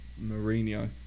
Mourinho